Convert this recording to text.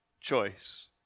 choice